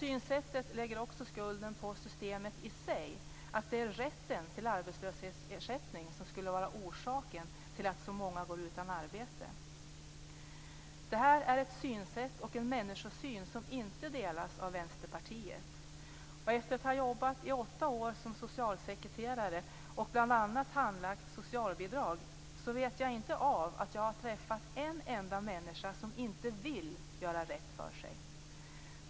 Synsättet lägger också skulden på systemet i sig, att det är rätten till arbetslöshetsersättning som skulle vara orsaken till att så många går utan arbete. Det här är ett synsätt och en människosyn som inte delas av Vänsterpartiet. Och efter att ha jobbat i åtta år som socialsekreterare och bl.a. handlagt socialbidrag så vet jag inte av att jag har träffat en enda människa som inte vill göra rätt för sig.